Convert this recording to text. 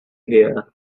here